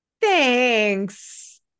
Thanks